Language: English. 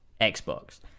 Xbox